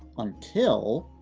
until.